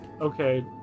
okay